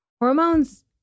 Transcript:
hormones